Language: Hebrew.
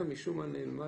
אם מקבל השירות הוא תאגיד,